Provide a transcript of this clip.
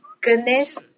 goodness